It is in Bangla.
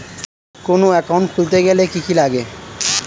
কোন একাউন্ট খুলতে গেলে কি কি লাগে?